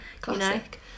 classic